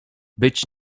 być